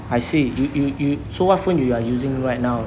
I see you you you so what phone you are using right now